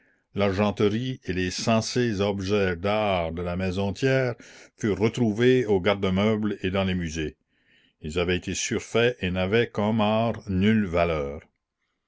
l'argenterie et les censés objets d'art de la maison thiers furent retrouvés au garde-meuble et dans les musées ils avaient été surfaits et n'avaient comme art nulle valeur